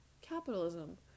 capitalism